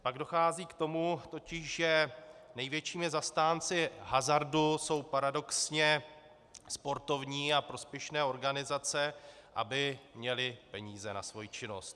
Pak dochází k tomu totiž, že největšími zastánci hazardu jsou paradoxně sportovní a prospěšné organizace, aby měly peníze na svoji činnost.